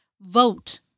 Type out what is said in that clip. vote